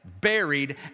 buried